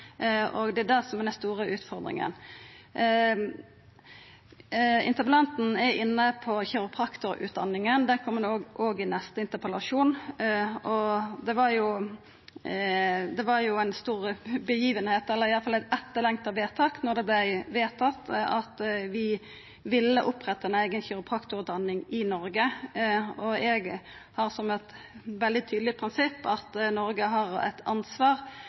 Det er det som er den store utfordringa. Interpellanten er inne på kiropraktorutdanninga. Det kjem òg i neste interpellasjon. Det var ei storhending, eller i alle fall eit etterlengta vedtak, då vi vedtok å oppretta ei eiga kiropraktorutdanning i Noreg. Eg har som eit veldig tydeleg prinsipp at Noreg har eit ansvar